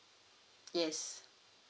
yes